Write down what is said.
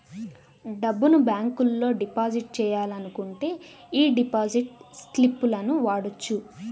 డబ్బును బ్యేంకులో డిపాజిట్ చెయ్యాలనుకుంటే యీ డిపాజిట్ స్లిపులను వాడొచ్చు